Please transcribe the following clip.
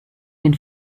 den